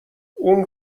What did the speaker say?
اون